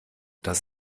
dass